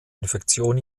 infektion